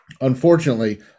unfortunately